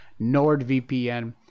NordVPN